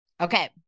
Okay